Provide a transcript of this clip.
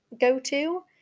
go-to